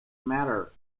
matter